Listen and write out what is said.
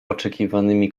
oczekiwanymi